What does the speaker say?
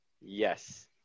yes